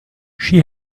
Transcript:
she